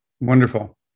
Wonderful